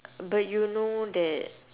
but you know that